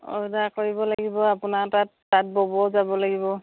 order কৰিব লাগিব আপোনাৰ তাত তাত ব'বও যাব লাগিব